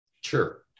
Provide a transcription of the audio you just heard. Sure